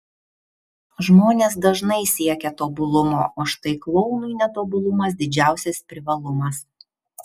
žmonės dažnai siekia tobulumo o štai klounui netobulumas didžiausias privalumas